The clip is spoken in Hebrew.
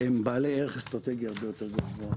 הם בעלי ערך אסטרטגי הרבה יותר גבוה.